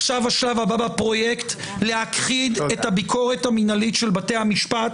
עכשיו השלב הבא בפרויקט - להכחיד את הביקורת המינהלית של בתי המשפט